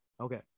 Okay